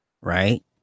right